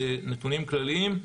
נתונים כלליים,